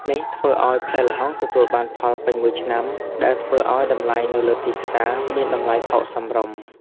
នេះធ្វើឱ្យផ្លែល្ហុងទទួលបានផលពេញមួយឆ្នាំ ដែលធ្វើឲ្យតម្លៃនៅលើទីផ្សារមានតម្លៃថោកសមរម្យ។